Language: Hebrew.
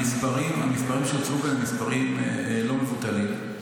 המספרים שהוצגו כאן הם מספרים לא מבוטלים.